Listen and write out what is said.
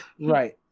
Right